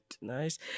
Nice